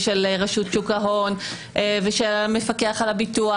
ושל רשות שוק ההון ושל המפקח על הביטוח.